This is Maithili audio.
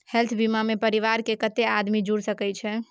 हेल्थ बीमा मे परिवार के कत्ते आदमी जुर सके छै?